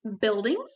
buildings